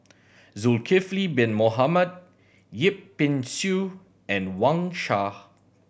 Zulkifli Bin Mohamed Yip Pin Xiu and Wang Sha